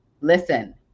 listen